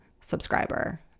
subscriber